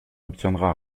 obtiendra